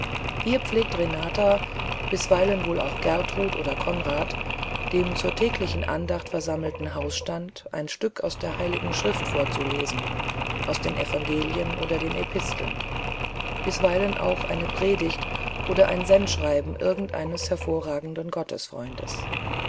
hier pflegt renata bisweilen wohl auch gertrud oder conrad dem zur täglichen andacht versammelten hausstand ein stück aus der heiligen schrift vorzulesen aus den evangelien oder den episteln bisweilen auch einepredigt oder ein sendschreiben irgendeines hervorragenden